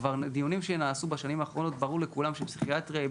בדיונים שנעשו בשנים האחרונות ברור לכולם שפסיכיאטריה היא